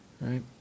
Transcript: right